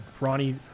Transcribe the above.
ronnie